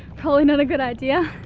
probably not a good idea.